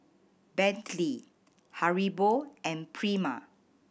Bentley Haribo and Prima